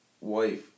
wife